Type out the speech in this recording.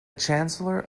chancellor